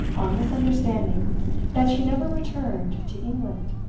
on this understanding that she never returned to england.